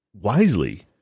wisely